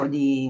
di